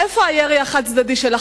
איפה הירי החד-צדדי של ה"חמאס"